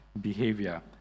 behavior